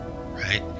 right